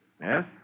Yes